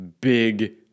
big